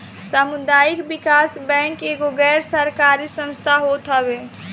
सामुदायिक विकास बैंक एगो गैर सरकारी संस्था होत हअ